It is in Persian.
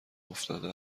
افتاده